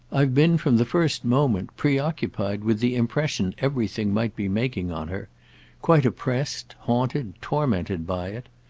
i've been, from the first moment, preoccupied with the impression everything might be making on her quite oppressed, haunted, tormented by it.